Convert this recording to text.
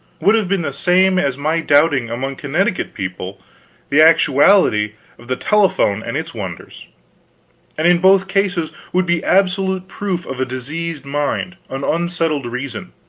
would have been the same as my doubting among connecticut people the actuality of the telephone and its wonders and in both cases would be absolute proof of a diseased mind, an unsettled reason.